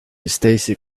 stacey